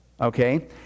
Okay